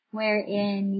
wherein